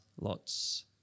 lots